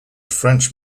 french